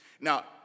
Now